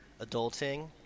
adulting